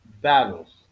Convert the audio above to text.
battles